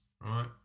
right